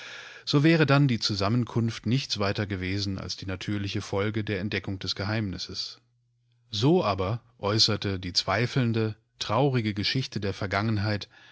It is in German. so wäre dann die zusammenkunft nichts weiter gewesen als die natürlichefolgederentdeckungdesgeheimnisses so aber äußerte die zweifelnde traurige geschichte der vergangenheit